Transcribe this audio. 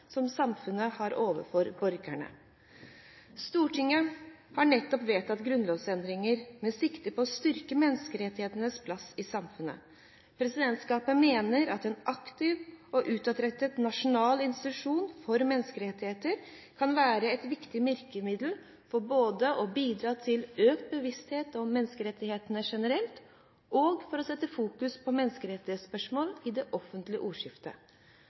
som samfunnet har overfor borgerne. Stortinget har nettopp vedtatt grunnlovsendringer med sikte på å styrke menneskerettighetens plass i samfunnet. Presidentskapet mener at en aktiv og utadrettet nasjonal institusjon for menneskerettigheter kan være et viktig virkemiddel både for å bidra til økt bevissthet om menneskerettigheter generelt, og for å sette fokus på menneskerettighetsspørsmål i det offentlige ordskiftet.